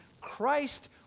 Christ